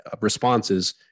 responses